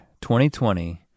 2020